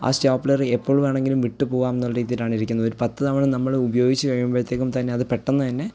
ആ സ്റ്റേപ്ലർ എപ്പോൾ വേണമെങ്കിലും വിട്ടുപോവാം എന്നുള്ള രീതിയിലാണ് ഇരിക്കുന്നത് ഒരു പത്ത് തവണ നമ്മൾ ഉപയോഗിച്ച് കഴിയുമ്പോഴത്തേക്കും തന്നെ അത് പെട്ടെന്ന് തന്നെ